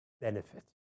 benefit